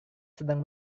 sedang